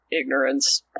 ignorance